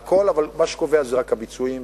אבל מה שקובע זה רק הביצועים,